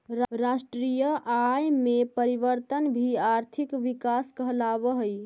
राष्ट्रीय आय में परिवर्तन भी आर्थिक विकास कहलावऽ हइ